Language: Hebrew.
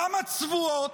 למה צבועות?